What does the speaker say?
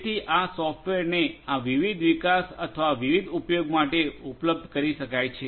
તેથી આ સોફ્ટવેરને આ વિવિધ વિકાસ અથવા વિવિધ ઉપયોગ માટે ઉપલબ્ધ કરી શકાય છે